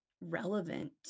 relevant